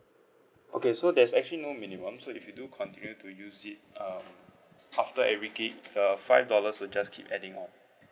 okay so there's actually no minimum so if you do continue to use it um after every gig the five dollars will just keep adding on